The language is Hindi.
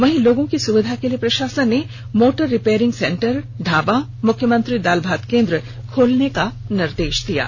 वहीं लोगों की सुविधा के लिए प्रषासन ने मोटर रिपेयरिंग सेंटर ढाबा मुख्यमंत्री दाल भात केंद्र खोलने का निर्देष दिया है